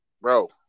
bro